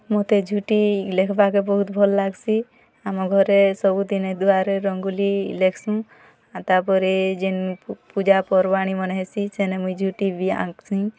ମତେ ଝୋଟି ଲେଖିବାକେ ବହୁତ ଭଲ୍ ଲାଗ୍ସି ଆମ ଘରେ ସବୁ ଦିନେ ଦୁଆରେ ରୋଙ୍ଗୋଲି ଲେଖ୍ସୁଁ ତା'ପରେ ଯିନ୍ ପୂଜାପର୍ବାଣୀମାନେ ହେସି ସେନେ ମୁଁଇ ଝୋଟି ବି ଆଙ୍କ୍ସି